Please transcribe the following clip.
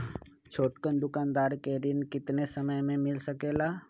छोटकन दुकानदार के ऋण कितने समय मे मिल सकेला?